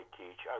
teach